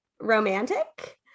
romantic